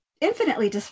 infinitely